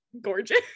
gorgeous